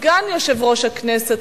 סגן יושב-ראש הכנסת,